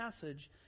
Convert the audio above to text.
passage